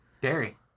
Dairy